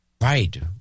Right